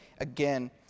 again